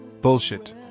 Bullshit